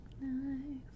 Nice